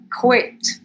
quit